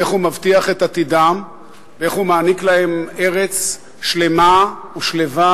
איך הוא מבטיח את עתידם ואיך הוא מעניק להם ארץ שלמה ושלווה,